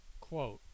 Quote